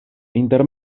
inter